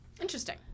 Interesting